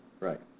Right